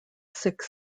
six